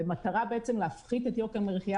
במטרה בעצם להפחית את יוקר המחייה